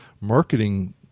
marketing